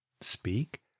speak